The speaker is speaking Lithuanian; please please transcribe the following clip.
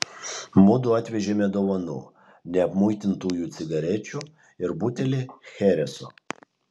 mudu atvežėme dovanų neapmuitintųjų cigarečių ir butelį chereso